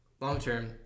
long-term